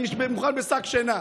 אני מוכן לשק שינה,